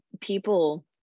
people